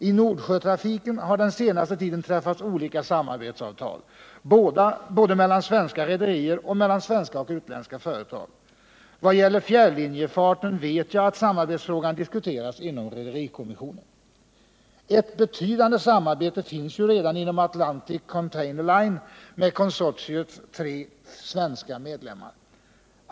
Inom Nordsjötrafiken har den senaste tiden träffats olika samarbetsavtal, både mellan svenska rederier och mellan svenska och utländska företag. Vad gäller fjärrlinjefarten vet jag att samarbetsfrågan diskuterats inom rederikommissionen. Ett betydande samarbete finns ju redan inom Atlantic Container Line med konsortiets tre svenska medlemmar.